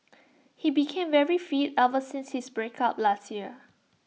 he became very fit ever since his breakup last year